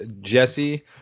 Jesse